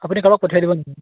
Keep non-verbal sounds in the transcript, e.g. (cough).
আপুনি কাৰবাক পঠাই (unintelligible)